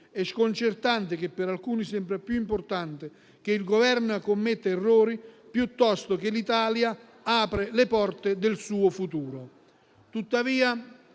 È sconcertante che per alcuni sembri più importante che il Governo commetta errori piuttosto che l'Italia apra le porte al suo futuro.